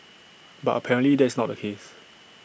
but apparently that is not the case